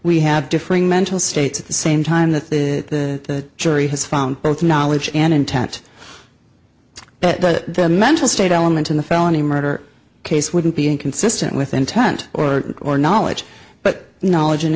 we have differing mental states at the same time that the jury has found both knowledge and intent that the mental state element in the felony murder case wouldn't be inconsistent with intent or or knowledge but knowledge and